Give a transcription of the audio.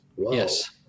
Yes